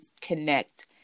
connect